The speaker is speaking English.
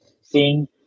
seeing